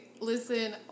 listen